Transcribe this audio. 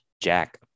Jack